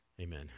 amen